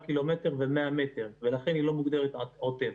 ק"מ ו-100 מטר ולכן היא אינה מוגדרת עוטף.